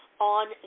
on